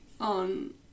On